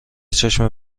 چشم